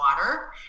water